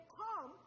come